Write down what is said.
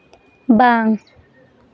ᱵᱟᱝ